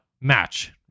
match